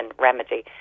remedy